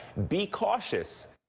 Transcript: be cautious!